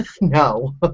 No